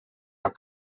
are